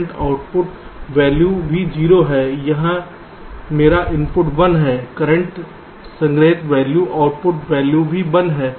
current output value भी 0 है या मेरा इनपुट 1 है करंट संग्रहीत वैल्यू आउटपुट वैल्यू भी 1 है